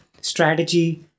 strategy